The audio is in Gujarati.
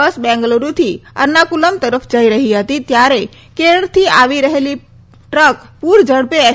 બસ બેંગાલુરુથી એર્નાકુલમ તરફ જઇ રહી હતી ત્યારે કેરળથી આવી રહેલી ટ્રક પુર ઝડપે એસ